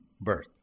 birth